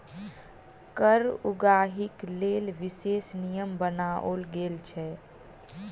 कर उगाहीक लेल विशेष नियम बनाओल गेल छै